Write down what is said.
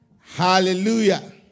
Hallelujah